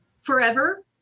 Forever